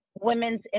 Women's